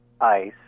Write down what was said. ICE